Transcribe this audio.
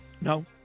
No